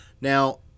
Now